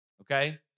okay